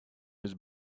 his